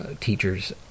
teachers